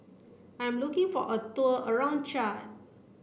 I am looking for a tour around Chad